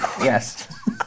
Yes